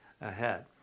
ahead